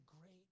great